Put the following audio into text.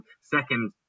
second